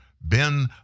Ben